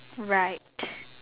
right